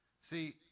See